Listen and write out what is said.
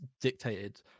dictated